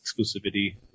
exclusivity